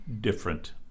different